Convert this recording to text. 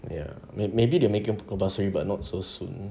ya may~ maybe they make it compulsory but not so soon